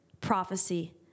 prophecy